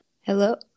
Hello